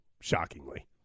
shockingly